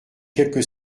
quelque